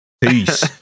Peace